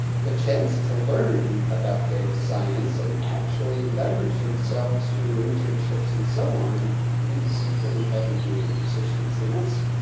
the chance to learn about data science and apps. actually leveraged themselves through internships and so on into some pretty heavy duty positions. and that's,